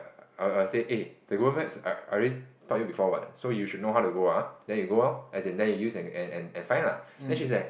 I will I will say eh the Google Maps I I already taught you before what so you should know how to go ah then you go loh as in then you use and and find lah then she's like